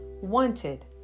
Wanted